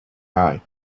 eye